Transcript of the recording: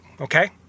okay